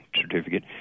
certificate